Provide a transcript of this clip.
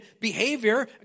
behavior